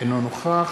אינו נוכח